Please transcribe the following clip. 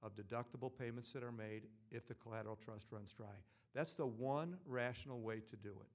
of deductible payments that are made if the collateral trust right that's the one rational way to do it